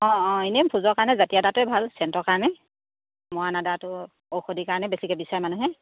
অঁ অঁ এনেই ভোজৰ কাৰণে জতি আদাটোৱে ভাল চেণ্টৰ কাৰণে মৰাণ আদাটো ঔষধিৰ কাৰণে বেছিকৈ বিচাৰে মানুহে